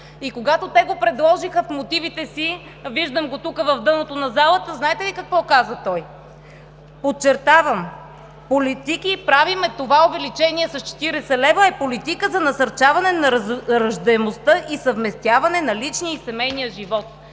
Когато те го предложиха в мотивите си – виждам го тук в дъното на залата, знаете ли какво каза той – подчертавам – „Политики правим“! Това увеличение с 40 лв. е политика за насърчаване на раждаемостта и съвместяване на личния и семейния живот.